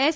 S